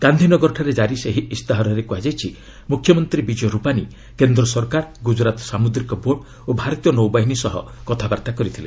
ଗାନ୍ଧିନଗରଠାରେ ଜାରି ସେହି ଇସ୍ତାହାରରେ କୁହାଯାଇଛି ମୁଖ୍ୟମନ୍ତ୍ରୀ ବିଜୟ ରୂପାନୀ କେନ୍ଦ୍ର ସରକାର ଗୁଜରାତ୍ ସାମୁଦ୍ରିକ ବୋର୍ଡ଼ ଓ ଭାରତୀୟ ନୌବାହିନୀ ସହ କଥାବାର୍ତ୍ତା କରିଥିଲେ